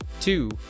two